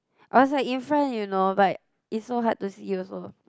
I was like in front you know but it's so hard to see also